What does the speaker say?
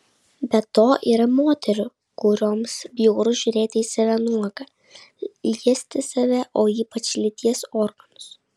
be to yra moterų kurioms bjauru žiūrėti į save nuogą liesti save o ypač lyties organus